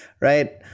right